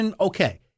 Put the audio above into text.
okay